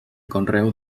conreu